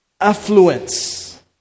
affluence